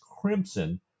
crimson